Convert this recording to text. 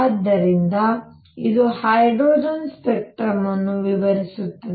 ಆದ್ದರಿಂದ ಇದು hydrogen spectrum ಅನ್ನು ವಿವರಿಸುತ್ತದೆ